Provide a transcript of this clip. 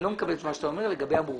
אני לא מקבל את מה שאתה אומר לגבי המורחב.